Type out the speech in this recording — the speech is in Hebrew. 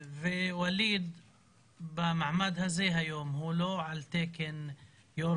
ווליד במעמד הזה היום הוא לא על תקן יו"ר